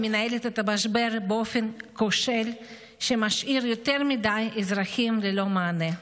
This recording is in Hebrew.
היא מנהלת את המשבר באופן כושל שמשאיר יותר מדי אזרחים ללא מענה.